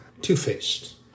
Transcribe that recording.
Two-faced